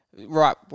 Right